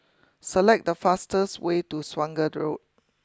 select the fastest way to Swanage Road